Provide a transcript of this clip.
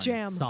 Jam